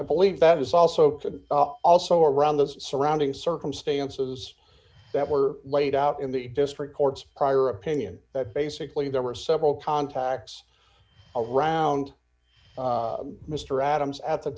i believe that is also could also around the surrounding circumstances that were laid out in the district court's prior opinion that basically there were several contacts around mr adams at the